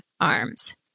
arms